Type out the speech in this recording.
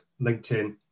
LinkedIn